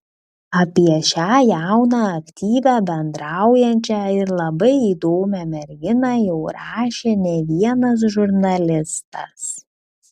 apie šią jauną aktyvią bendraujančią ir labai įdomią merginą jau rašė ne vienas žurnalistas